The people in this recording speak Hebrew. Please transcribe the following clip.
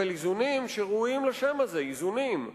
אבל איזונים שראויים לשם הזה, איזונים,